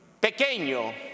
Pequeño